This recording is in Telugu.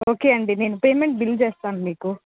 ఓకే అండి నేను బిల్ పేమెంట్ చేస్తాను మీకు